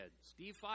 Steve